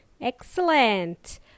excellent